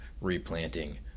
replanting